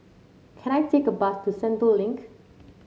can I take a bus to Sentul Link